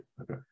Okay